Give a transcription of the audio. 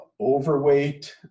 overweight